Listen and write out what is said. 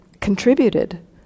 contributed